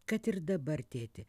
kad ir dabar tėti